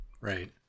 Right